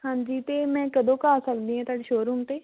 ਹਾਂਜੀ ਤਾਂ ਮੈਂ ਕਦੋਂ ਕੁ ਆ ਸਕਦੀ ਹਾਂ ਤੁਹਾਡੇ ਸ਼ੋ ਰੂਮ 'ਤੇ